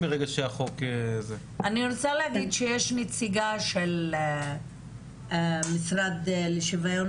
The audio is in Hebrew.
אני רוצה להגיד שיש נציגה של המשרד לשוויון